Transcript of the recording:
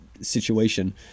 situation